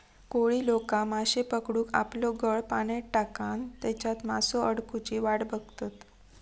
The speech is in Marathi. कोळी लोका माश्ये पकडूक आपलो गळ पाण्यात टाकान तेच्यात मासो अडकुची वाट बघतत